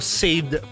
saved